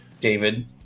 David